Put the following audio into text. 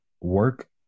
work